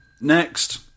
Next